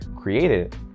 created